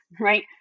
right